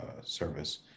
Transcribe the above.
service